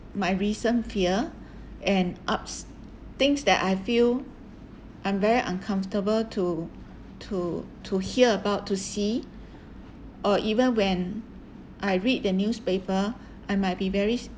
my recent fear and ups things that I feel I'm very uncomfortable to to to hear about to see or even when I read the newspaper I might be very